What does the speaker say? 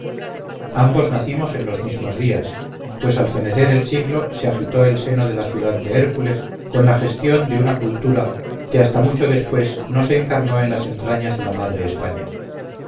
ambos nacimos en los mismos días pues al fenecer el siglo se agitó el seno de la ciudad de hércules con la gestión de una cultura que hasta mucho después no se encarnó en las entrañas de la madre españa